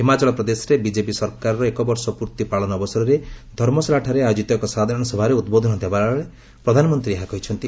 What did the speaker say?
ହିମାଚଳ ପ୍ରଦେଶରେ ବିଜେପି ସରକାରର ଏକବର୍ଷ ପୂର୍ତ୍ତି ପାଳନ ଅବସରରେ ଧର୍ମଶାଳାଠାରେ ଆୟୋଜିତ ଏକ ସାଧାରଣସଭାରେ ଉଦ୍ବୋଧନ ଦେଲାବେଳେ ପ୍ରଧାନମନ୍ତ୍ରୀ ଏହା କହିଛନ୍ତି